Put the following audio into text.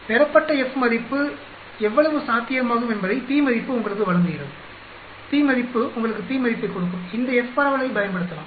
பெறப்பட்ட f மதிப்பு எவ்வளவு சாத்தியமாகும் என்பதை p மதிப்பு உங்களுக்கு வழங்குகிறதுp மதிப்புஉங்களுக்கு p மதிப்பைக் கொடுக்கும் இந்த f பரவலைப் பயன்படுத்தலாம்